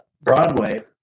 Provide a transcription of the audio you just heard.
Broadway